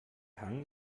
hang